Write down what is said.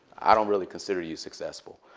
i don't really consider you successful.